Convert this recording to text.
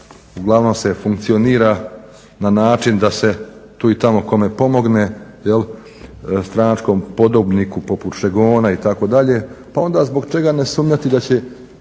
uglavnom se funkcionira na način da se tu i tamo kome pomogne stranačkom podobniku poput Šegona itd. pa onda zbog čega ne sumnjati da će